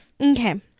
Okay